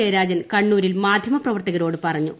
ജയരാജൻ കണ്ണൂരിൽ മാധ്യമപ്രവർത്തകരോട് പറഞ്ഞു